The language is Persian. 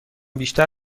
بیشتر